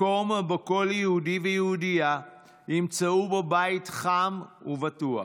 מקום שכל יהודי ויהודייה ימצאו בו בית חם ובטוח,